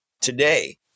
today